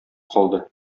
калды